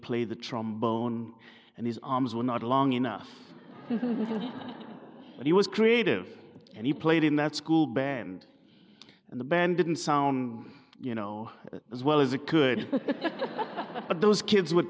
play the trombone and his arms were not long enough and he was creative and he played in that school band and the band didn't sound you know as well as it could but those kids were